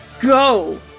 Go